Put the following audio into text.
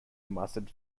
mustard